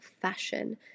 fashion